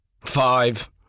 Five